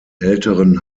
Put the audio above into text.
älteren